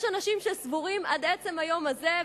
יש אנשים שסבורים עד עצם היום הזה,